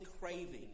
craving